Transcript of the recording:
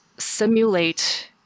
simulate